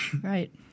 Right